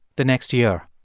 the next year.